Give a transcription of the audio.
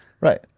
Right